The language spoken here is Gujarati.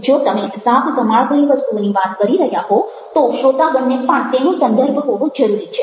જો તમે ઝાકઝમાળભરી વસ્તુઓની વાત કરી રહ્યા હો તો શ્રોતાગણને પણ તેનો સંદર્ભ હોવો જરૂરી છે